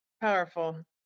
powerful